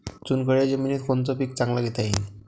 चुनखडीच्या जमीनीत कोनतं पीक चांगलं घेता येईन?